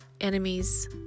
enemies